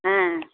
ஆ